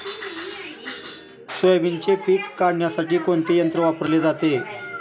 सोयाबीनचे पीक काढण्यासाठी कोणते यंत्र वापरले जाते?